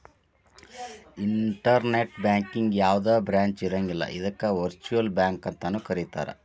internet ಬ್ಯಾಂಕಿಗೆ ಯಾವ್ದ branch ಇರಂಗಿಲ್ಲ ಅದಕ್ಕ ವರ್ಚುಅಲ್ ಬ್ಯಾಂಕ ಅಂತನು ಕರೇತಾರ